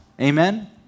Amen